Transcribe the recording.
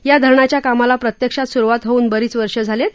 या धरणाच्या कामाला प्रत्यक्षात सुरूवात होऊन बरीच वर्षे झाली आहेत